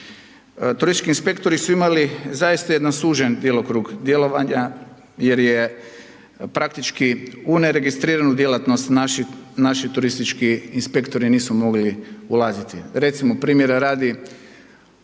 Turistički inspektori su imali zaista jedan sužen djelokrug djelovanja, jer je praktički u neregistriranu djelatnost naši turistički inspektori nisu mogli ulaziti. Recimo primjera radi